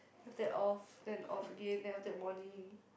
after that off then off again then after that morning